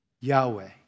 Yahweh